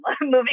moving